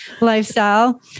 lifestyle